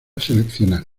seleccionar